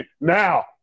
Now